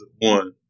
one